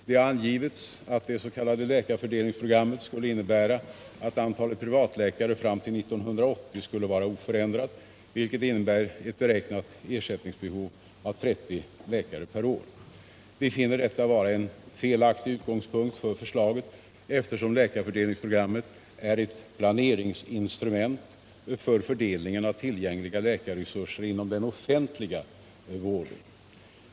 Det har angivits att det s.k. läkarfördelningsprogrammet skulle innebära att antalet privatläkare fram till 1980 skulle vara oförändrat, vilket innebär ett beräknat ersättningsbehov av 30 läkare perår. Vi finner detta vara en felaktig utgångspunkt för förslaget, eftersom läkarfördelningsprogrammet är ett planeringsinstrument för fördelningen av tillgängliga läkarresurser inom den offentliga vården.